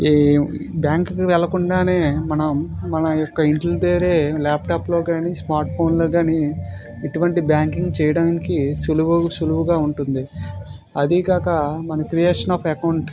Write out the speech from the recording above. ఈ బ్యాంకింగ్ వెళ్ళకుండా మనం మన యొక్క ఇంటి దగ్గర లాప్టాప్లో కానీ స్మార్ట్ ఫోన్లో కానీ ఇటువంటి బ్యాంకింగ్ చేయడానికి సులువు సులువుగా ఉంటుంది అదీ కాక మన క్రియేషన్ ఆఫ్ అకౌంట్